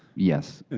yes,